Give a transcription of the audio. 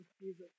Jesus